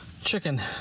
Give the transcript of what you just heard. Chicken